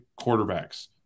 quarterbacks